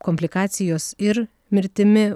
komplikacijos ir mirtimi